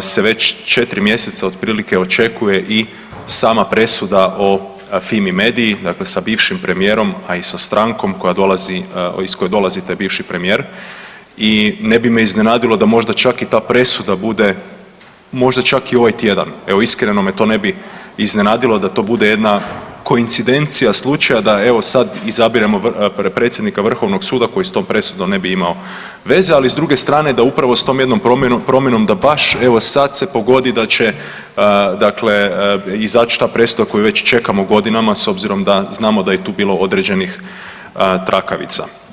se već 4 mjeseca otprilike očekuje i sama presuda o FIMI mediji, dakle sa bivšim premijerom, a i sa strankom koja dolazi, iz koje dolazi taj bivši premijer i ne bi me iznenadilo da možda čak i ta presuda bude, možda čak i ovaj tjedan, evo, iskreno me to ne bi iznenadilo da to bude jedna koincidencija slučaja da evo, sad izabiremo predsjednika VSRH-a koji s tom presudom ne bi imao veze, ali s druge strane, da upravo s tom jednom promjenom da baš evo sad se pogodi da će dakle izaći ta presuda koju već čekamo godina s obzirom da znamo da je tu bilo određenih trakavica.